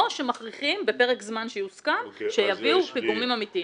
שמכריחים בפרק זמן שיוסכם שיביאו פיגומים אמיתיים.